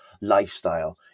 lifestyle